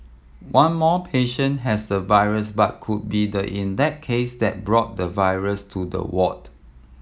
one more patient has the virus but could be the index case that brought the virus to the ward